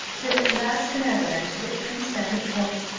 till at last an avalanche of it comes down at once,